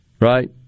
right